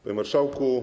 Panie Marszałku!